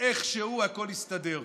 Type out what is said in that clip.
ואיכשהו הכול הסתדר.